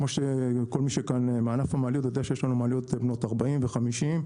וכל מי שכאן יודע שיש לנו מעליות בנות 40 ו-50,